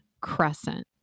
crescent